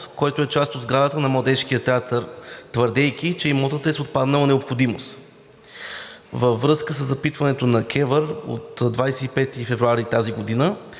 който е част от сградата па Младежкия театър, твърдейки, че имотът е с отпаднала необходимост. Във връзка със запитването на КЕВР от 25 февруари тази година,